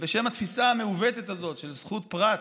ובשם התפיסה המעוותת הזאת של זכות פרט,